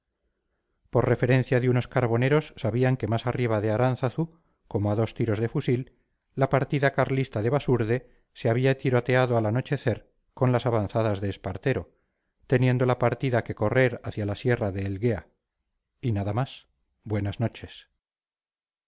por referencia de unos carboneros sabían que más arriba de aránzazu como a dos tiros de fusil la partida carlista de basurde se había tiroteado al anochecer con las avanzadas de espartero teniendo la partida que correrse hacia la sierra de elguea y nada más buenas noches